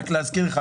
להזכירך,